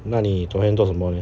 那你昨天做什么 leh